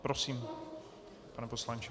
Prosím, pane poslanče.